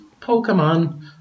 Pokemon